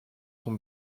son